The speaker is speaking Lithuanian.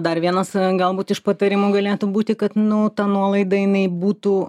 dar vienas galbūt iš patarimų galėtų būti kad nu ta nuolaida jinai būtų